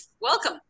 welcome